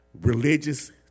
religious